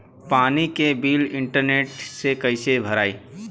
पानी के bill internet से कइसे भराई?